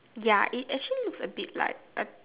ya it actually looks abit like